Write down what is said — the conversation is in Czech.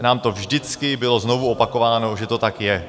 Nám to vždycky bylo znovu opakováno, že to tak je.